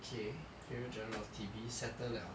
okay favourite genre of T_V settle liao